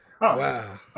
Wow